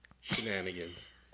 Shenanigans